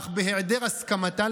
אך בהיעדר הסכמתה,